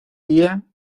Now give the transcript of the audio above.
día